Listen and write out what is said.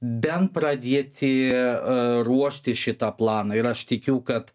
bent pradėti ruošti šitą planą ir aš tikiu kad